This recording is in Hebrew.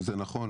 זה נכון,